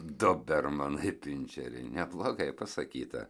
dobermanai pinčeriai neblogai pasakyta